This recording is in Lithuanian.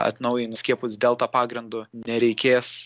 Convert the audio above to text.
atnaujinus skiepus delta pagrindu nereikės